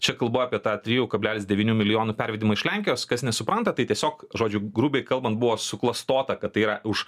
čia kalbu apie tą trijų kablelis devynių milijonų pervedimą iš lenkijos kas nesupranta tai tiesiog žodžiu grubiai kalbant buvo suklastota kad tai yra už